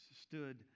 stood